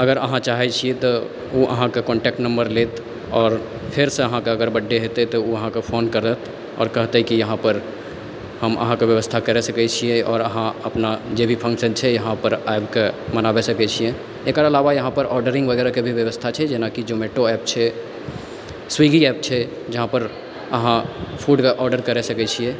अगर अहाँ चाहै छी तऽ ओ अहाँकेँ कॉन्टेक्ट नंबर लेत आओर फेरसँ अगर अहाँकेँ बर्थ डे हेतै तऽ ओ हाँकेँ फोन करत आओर कहतै कि यहाँ पर हम अहाँकेँ व्यवस्था करि सकै छियै आओर अहाँ जे भी फक्शनके आओर अहाँ अपना जे भी फक्शन छै अहाँ अपन आबि कऽ एकर अलावा यहाँ पर ऑर्डरिंग के व्यवस्था छै जेना कि जोमैटो एप्प छै स्विगी एप्प छै जहाँ पर अहाँ अपना फुड के आर्डर करि सकै छी